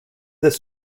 this